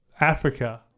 Africa